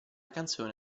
canzone